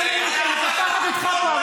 לא נעים לי שאני מקפחת אותך פה,